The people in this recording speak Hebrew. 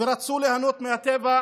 ורצו ליהנות מהטבע.